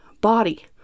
body